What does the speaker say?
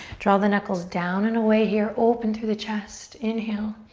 draw the knuckles down and away here. open through the chest. inhale,